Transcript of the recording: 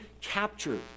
captured